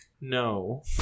No